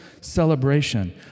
celebration